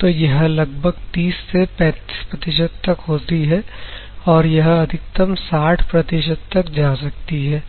तो यह लगभग 30 से 35 तक होती है और यह अधिकतम 60 तक जा सकती है